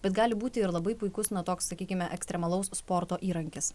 bet gali būti ir labai puikus na toks sakykime ekstremalaus sporto įrankis